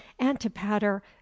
antipater